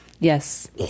Yes